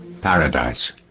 Paradise